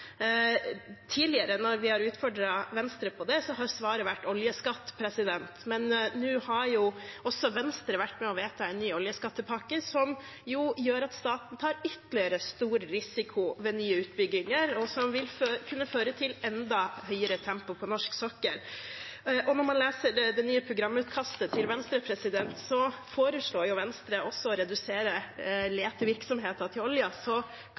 Tidligere når vi har utfordret Venstre på dette, har svaret vært oljeskatt, men nå har jo også Venstre vært med på å vedta en ny oljeskattepakke som gjør at staten tar ytterligere risiko ved nye utbygginger, og som vil kunne føre til enda høyere tempo på norsk sokkel. Og når man leser det nye programutkastet til Venstre, foreslår Venstre også å redusere letevirksomhet etter olje. Så